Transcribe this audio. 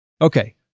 Okay